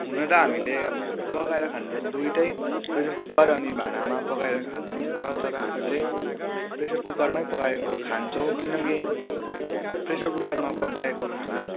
हुन त हामीले पकाएर खानु त दुइटै प्रेसर कुकर अनि भाँडामा पकाएर खाँदा हुन्च तर हामी चै प्रेसर कुकरमै पकाएको खान्छौँ किनकि प्रेसर कुकरमा पकाएको खाना